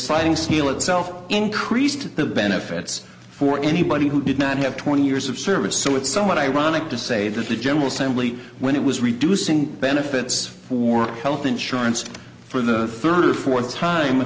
sliding scale itself increased the benefits for anybody who did not have twenty years of service so it's somewhat ironic to say that the general assembly when it was reducing benefits for health insurance for the third or fourth time